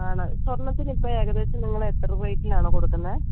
ആണ് സ്വർണത്തിന് ഇപ്പോൾ ഏകദേശം നിങ്ങൾ എത്ര റേറ്റിലാണ് കൊടുക്കുന്നത്